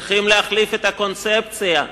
צריך להחליף את הקונספציה,